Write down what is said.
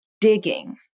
digging